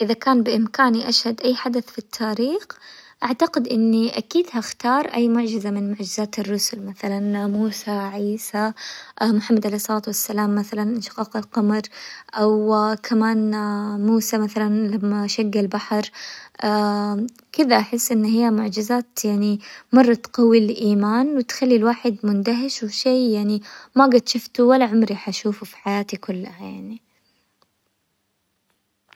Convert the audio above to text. اذا كان بامكاني اشهد اي حدث في التاريخ اعتقد اني اكيد هختار اي معجزة من معجزات الرسل، مثلا موسى، عيسى، محمد، عليه الصلاة والسلام مثلا انشقاق القمر، او كمان موسى مثلا لما شق البحر، كذا احس ان هي معجزات يعني مرت تقوي الايمان، وتخلي الواحد مندهش وشي يعني ما قد شفته، ولا عمري حشوفه في حياتي كلها يعني.